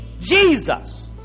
Jesus